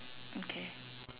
okay